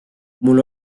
mul